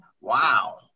Wow